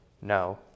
No